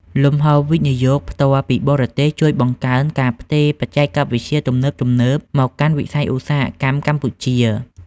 លំហូរវិនិយោគផ្ទាល់ពីបរទេសជួយបង្កើនការផ្ទេរបច្ចេកវិទ្យាទំនើបៗមកកាន់វិស័យឧស្សាហកម្មកម្ពុជា។